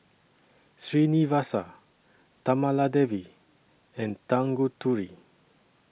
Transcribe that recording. Srinivasa Kamaladevi and Tanguturi